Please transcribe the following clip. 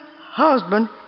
husband